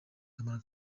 akamaro